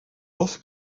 off